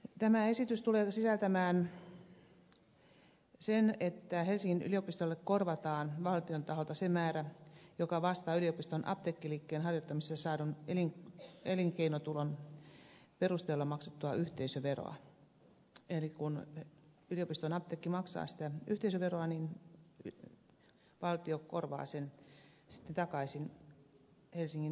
tämä lausuma tulee sisältämään sen että helsingin yliopistolle korvataan valtion taholta se määrä joka vastaa yliopiston apteekkiliikkeen harjoittamisesta saadun elinkeinotulon perusteella maksettua yhteisöveroa eli kun yliopiston apteekki maksaa sitä yhteisöveroa niin valtio korvaa sen sitten takaisin helsingin yliopiston apteekille